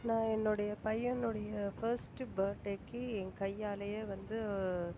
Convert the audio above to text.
நான் என்னுடைய பையனுடைய ஃபர்ஸ்ட்டு பர்த்டேக்கு என் கையாலயே வந்து